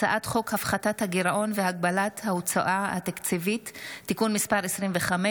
הצעת חוק הפחתת הגירעון והגבלת ההוצאה התקציבית (תיקון מס' 25),